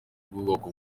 by’ubwoko